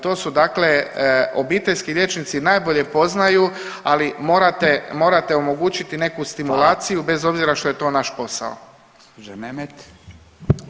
To su dakle obiteljski liječnici najbolje poznaju, ali morate omogućiti neku stimulaciju bez obzira što je to naš posao.